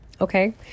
Okay